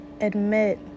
admit